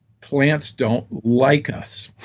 plants don't like us.